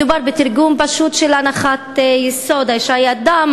מדובר בתרגום פשוט של הנחת יסוד: האישה היא אדם,